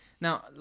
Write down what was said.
Now